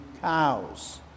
cows